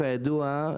כידוע,